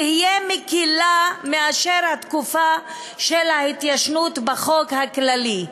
תהיה מקילה מהתקופה של ההתיישנות בחוק הכללי.